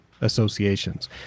associations